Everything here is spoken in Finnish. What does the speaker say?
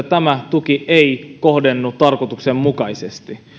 tämä tuki ei kohdennu tarkoituksenmukaisesti